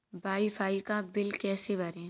Wi fi का bill कैसे भरें?